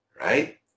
right